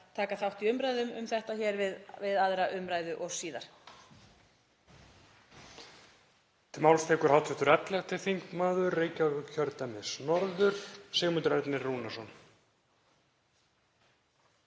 taka þátt í umræðum um þetta mál við 2. umræðu og síðar.